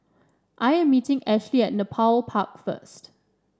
I am meeting Ashely at Nepal Park first